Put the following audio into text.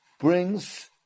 brings